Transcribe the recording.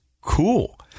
cool